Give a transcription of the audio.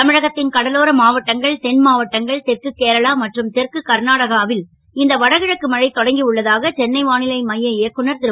தமிழகத் ன் கடலோர மாவட்டங்கள் தென் மாவட்டங்கள் தெற்கு கேரளா மற்றும் தெற்கு கர்நாடகாவில் இந்த வடகிழக்கு மழை தொடங்கி உள்ளதாக சென்னை வா லை மைய இயக்குநர் ரு